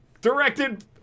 Directed